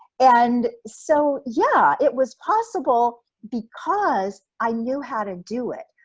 and so yeah, it was possible because i knew how to do it.